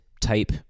type